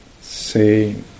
say